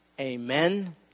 Amen